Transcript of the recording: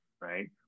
right